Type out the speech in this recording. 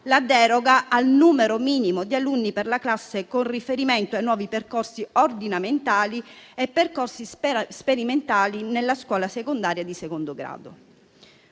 della deroga al numero minimo di alunni per classe con riferimento ai nuovi percorsi ordinamentali e percorsi sperimentali nella scuola secondaria di secondo grado.